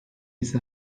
ise